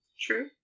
True